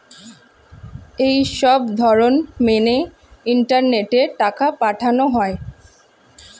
এই সবধরণ মেনে ইন্টারনেটে টাকা পাঠানো হয়